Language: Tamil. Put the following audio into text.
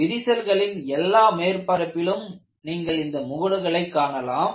விரிசல்களின் எல்லா மேற்பரப்பிலும் நீங்கள் இந்த முகடுகளை காணலாம்